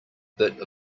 bit